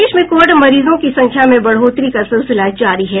प्रदेश में कोविड मरीजों की संख्या में बढ़ोतरी का सिलसिला जारी है